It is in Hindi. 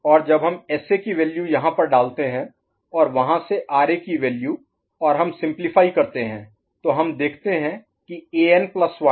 और जब हम एसए की वैल्यू यहाँ पर डालते हैं और वहां से आरए की वैल्यू और हम सिम्पलीफाई करते हैं तो हम देखते हैं कि एन प्लस 1 An1 An बार है एन प्राइम An'